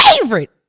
favorite